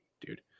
dude